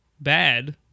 bad